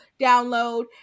download